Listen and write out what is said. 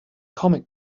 comic